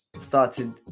started